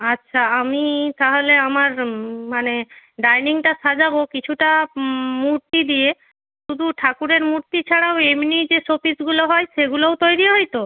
আচ্ছা আমি তাহলে আমার মানে ডাইনিংটা সাজাব কিছুটা মূর্তি দিয়ে শুধু ঠাকুরের মূর্তি ছাড়াও এমনি যে শো পিসগুলো হয় সেগুলোও তৈরি হয় তো